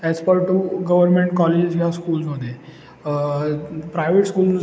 as per to government colleges किंवा स्कूल्समध्ये private schools